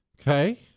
Okay